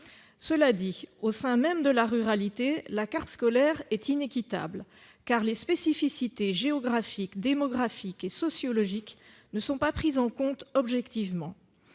scolaire. Au sein même de la ruralité, la carte scolaire est inéquitable, car les spécificités géographiques, démographiques et sociologiques ne sont pas prises en compte objectivement.